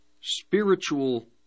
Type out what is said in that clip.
spiritual